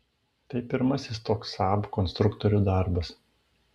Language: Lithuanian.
tai pirmasis toks saab konstruktorių darbas